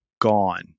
gone